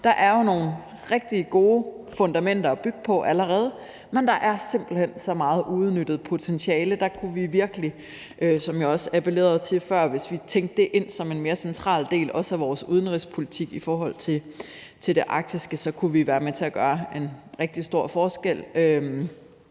er der nogle rigtig gode fundamenter at bygge på allerede, men der er simpelt hen så meget uudnyttet potentiale, og der kunne vi virkelig, som jeg også appellerede til før, hvis vi tænkte det ind som en mere central del, også af vores udenrigspolitik i forhold til det arktiske, være med til at gøre en rigtig stor forskel